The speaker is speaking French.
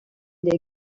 elle